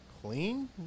Clean